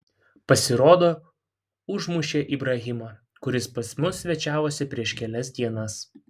pasirodo užmušė ibrahimą kuris pas mus svečiavosi prieš kelias dienas